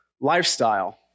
lifestyle